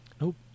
nope